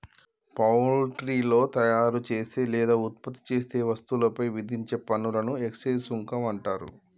పాన్ట్రీలో తమరు చేసే లేదా ఉత్పత్తి చేసే వస్తువులపై విధించే పనులను ఎక్స్చేంజ్ సుంకం అంటారు